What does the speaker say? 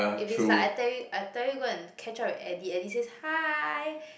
if it's like I tell you I tell you go and catch up with Eddie Eddie says hi